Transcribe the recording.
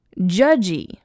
judgy